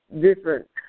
different